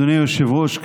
אדוני היושב-ראש,